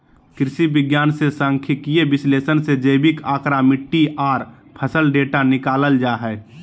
कृषि विज्ञान मे सांख्यिकीय विश्लेषण से जैविक आंकड़ा, मिट्टी आर फसल डेटा निकालल जा हय